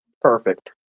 Perfect